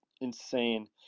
insane